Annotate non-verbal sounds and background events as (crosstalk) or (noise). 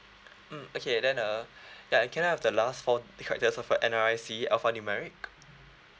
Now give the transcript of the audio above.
mm okay then uh (breath) ya can I have the last four (laughs) characters of your N_R_I_C alpha numeric